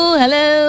hello